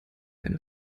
eine